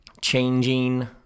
changing